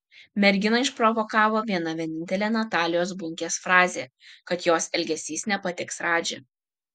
merginą išprovokavo viena vienintelė natalijos bunkės frazė kad jos elgesys nepatiks radži